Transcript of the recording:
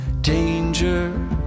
danger